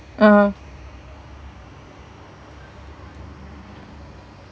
(uh huh)